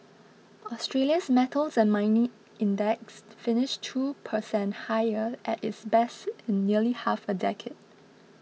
Australia's metals and mining index finished two per cent higher at its best in nearly half a decade